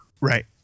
Right